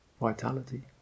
vitality